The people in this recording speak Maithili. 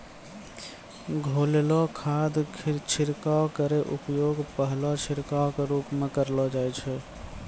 घोललो खाद छिड़काव केरो उपयोग पहलो छिड़काव क रूप म करलो जाय छै